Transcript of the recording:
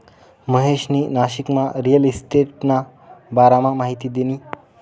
महेशनी नाशिकमा रिअल इशटेटना बारामा माहिती दिनी